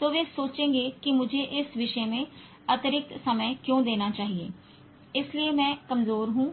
तो वे सोचेंगे कि मुझे इस विषय में अतिरिक्त समय क्यों देना चाहिए इसलिए मैं कमजोर हूं